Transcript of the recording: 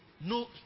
No